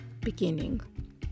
beginning